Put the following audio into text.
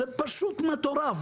זה מטורף.